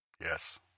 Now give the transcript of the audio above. yes